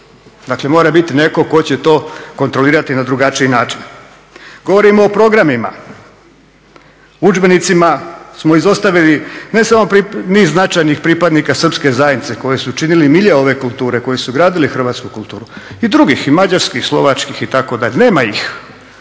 Dakle, mora biti neko ko će to kontrolirati na drugačiji način. Govorim o programima, udžbenicima smo izostavili ne samo niz značajnih pripadnika Srpske zajednice koji su činili milje ove kulture, koji su gradili hrvatsku kulturu i drugih i mađarskih i slovačkih itd. Nema ih.